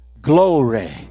glory